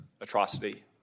atrocity